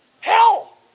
Hell